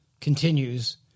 continues